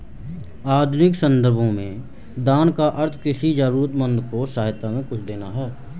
आधुनिक सन्दर्भों में दान का अर्थ किसी जरूरतमन्द को सहायता में कुछ देना है